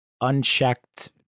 unchecked